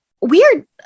Weird